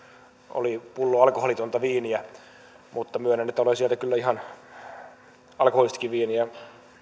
oli pullo alkoholitonta viiniä mutta myönnän että olen sieltä kyllä ihan alkoholillistakin viiniä